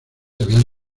habían